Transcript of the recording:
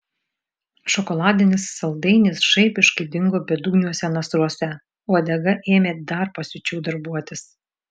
šokoladinis saldainis žaibiškai dingo bedugniuose nasruose uodega ėmė dar pasiučiau darbuotis